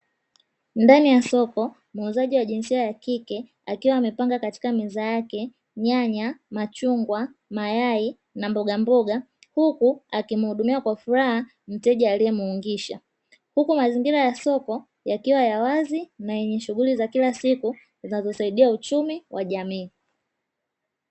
Ndani ya soko muuzaji wa jinsia ya kike akiwa amepanga katika meza yake nyanya, machungwa, mayai na mbogamboga huku akimuhudumia kwa furaha mteja aliyemuungisha, huku mazingira ya soko yakiwa ya wazi na yenye shughuli za kila siku zinazosaidia uchumi wa jamii.